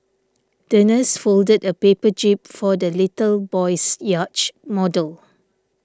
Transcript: the nurse folded a paper jib for the little boy's yacht model